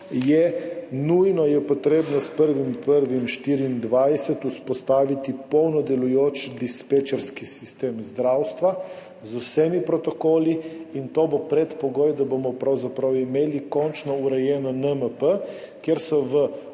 je, nujno je potrebno s 1. 1. 2024 vzpostaviti polno delujoč dispečerski sistem zdravstva z vsemi protokoli. To bo predpogoj, da bomo pravzaprav imeli končno urejeno NMP,